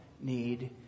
need